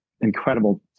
incredible